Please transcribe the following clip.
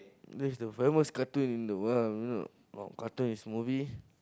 this is the famous cartoon in the world you know not cartoon is movie